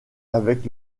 avec